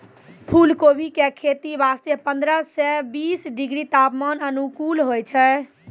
फुलकोबी के खेती वास्तॅ पंद्रह सॅ बीस डिग्री तापमान अनुकूल होय छै